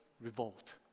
revolt